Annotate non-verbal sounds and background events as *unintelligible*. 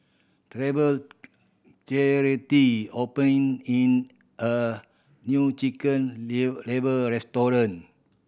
Treva *unintelligible* opened in a new chicken *unintelligible* liver restaurant